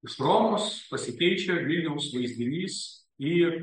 iš romos pasikeičia vilniaus vaizdinys į